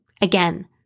Again